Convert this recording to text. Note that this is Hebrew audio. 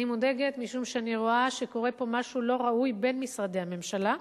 אני מודאגת משום שאני רואה שקורה פה משהו לא ראוי בין משרדי הממשלה.